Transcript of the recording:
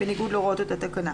בניגוד להוראות אותה תקנה.